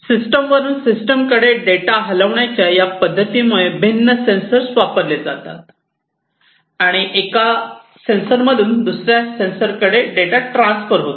system वरून system कडे data हलविण्याच्या या पद्धती मुळे भिन्न सेन्सर वापरले जातात आणि डेटा एका सेन्सरमधून दुसर्या सेंसरकडे ट्रांसफ़र होतो